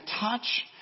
touch